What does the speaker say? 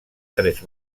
tres